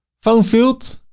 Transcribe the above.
phone field,